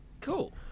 Cool